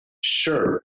Sure